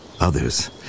Others